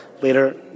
later